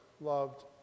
loved